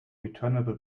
returnable